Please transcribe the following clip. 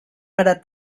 para